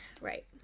right